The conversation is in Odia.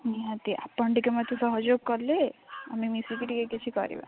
ନିହାତି ଆପଣ ଟିକେ ମୋତେ ସହଯୋଗ କଲେ ଆମେ ମିଶିକି ଟିକେ କିଛି କରିବା